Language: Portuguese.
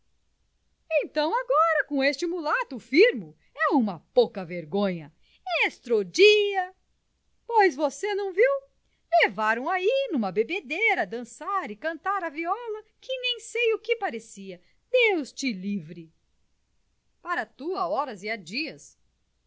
então agora com este mulato o firmo é uma pouca-vergonha estro dia pois você não viu levaram ai numa bebedeira a dançar e cantar à viola que nem sei o que parecia deus te livre para tudo há horas e há dias